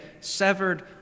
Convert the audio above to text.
severed